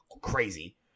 crazy